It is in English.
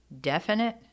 definite